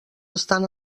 estan